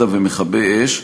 מד"א ומכבי-אש.